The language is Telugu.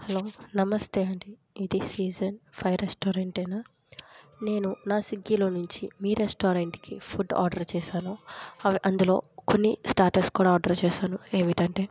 హలో నమస్తే అండి ఇది సీజన్ ఫైవ్ రెస్టారెంట్ నేను నా స్విగ్గీలో నుంచి మీ రెస్టారెంట్కి ఫుడ్ ఆర్డర్ చేసాను అవి అందులో కొన్ని స్టాటర్స్ కూడా ఆర్డర్ చేసాను ఏమిటంటే